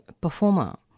performer